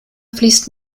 fließt